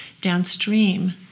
downstream